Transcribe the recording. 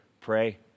pray